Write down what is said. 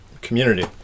community